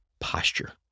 posture